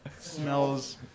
smells